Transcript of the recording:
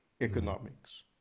economics